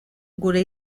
gure